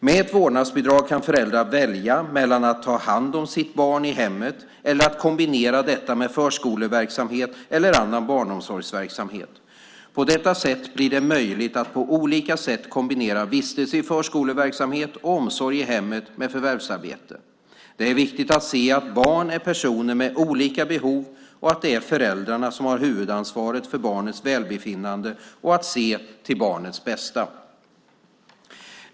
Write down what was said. Med ett vårdnadsbidrag kan föräldrar välja mellan att ta hand om sitt barn i hemmet eller att kombinera detta med förskoleverksamhet eller annan barnomsorgsverksamhet. På detta sätt blir det möjligt att på olika sätt kombinera vistelse i förskoleverksamhet och omsorg i hemmet med förvärvsarbete. Det är viktigt att se att barn är personer med olika behov och att det är föräldrarna som har huvudansvaret för barnets välbefinnande och att se till barnets bästa.